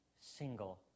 single